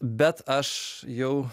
bet aš jau